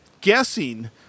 guessing